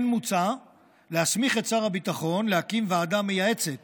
כן מוצע להסמיך את שר הביטחון להקים ועדה מייעצת